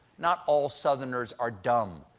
not all sowners are dumb.